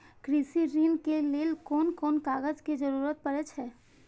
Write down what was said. कृषि ऋण के लेल कोन कोन कागज के जरुरत परे छै?